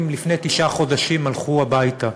מהעובדים, לפני תשעה חדשים, הלכו הביתה.